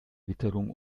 witterung